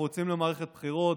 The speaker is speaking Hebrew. אנחנו יוצאים למערכת בחירות,